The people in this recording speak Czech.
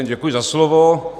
Děkuji za slovo.